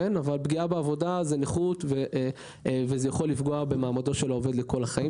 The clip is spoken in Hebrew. כי פגיעה בעבודה זה נכות וזה יכול לפגוע בעובד לכל החיים.